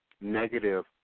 negative